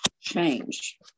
change